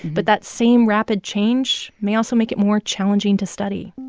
but that same rapid change may also make it more challenging to study